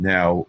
Now